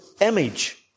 image